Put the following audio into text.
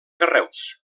carreus